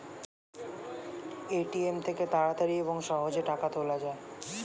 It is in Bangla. এ.টি.এম থেকে তাড়াতাড়ি এবং সহজে টাকা তোলা যায়